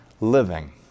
Living